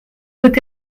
peut